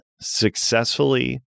successfully